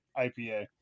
IPA